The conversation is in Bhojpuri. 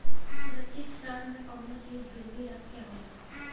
सुरक्षित ऋण में कउनो चीज गिरवी रखे के होला